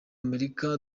amerika